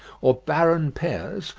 or barren pairs,